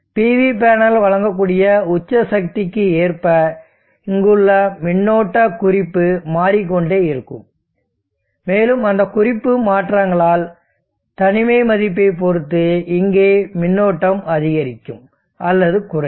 PV panel வழங்கக்கூடிய உச்ச சக்திக்கு ஏற்ப இங்குள்ள மின்னோட்ட குறிப்பு மாறிக் கொண்டே இருக்கும் மேலும் அந்த குறிப்பு மாற்றங்களால் தனிமை மதிப்பைப் பொறுத்து இங்கே மின்னோட்டம் அதிகரிக்கும் அல்லது குறையும்